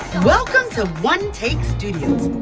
welcome to one take studios,